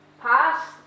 past